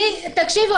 סליחה.